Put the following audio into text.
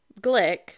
glick